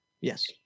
yes